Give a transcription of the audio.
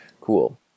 Cool